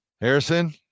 Harrison